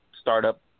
startup